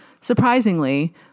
Surprisingly